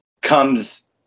comes